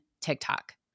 TikTok